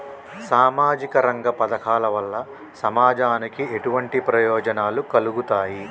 సామాజిక రంగ పథకాల వల్ల సమాజానికి ఎటువంటి ప్రయోజనాలు కలుగుతాయి?